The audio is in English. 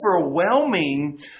overwhelming